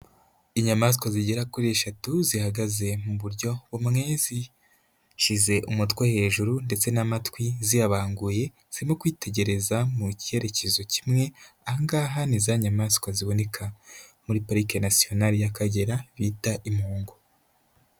Inyamaswa zigera kuri eshatu zihagaze mu buryo bumwe zishyize umutwe hejuru ndetse n'amatwi ziyabanguye, zirimo kwitegereza mu cyerekezo kimwe, aha ngaha ni za nyamaswa ziboneka muri Parike Nasiyonali y'Akagera, bita impongo.